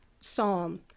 psalm